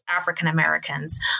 African-Americans